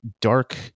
dark